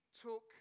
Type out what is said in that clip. took